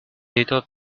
little